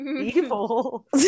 evil